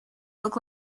look